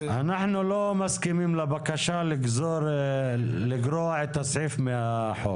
אנחנו לא מסכימים לבקשה לגרוע את הסעיף מהחוק.